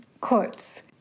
Quotes